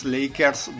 Lakers